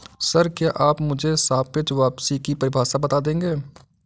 Sir, क्या आप मुझे सापेक्ष वापसी की परिभाषा बता देंगे?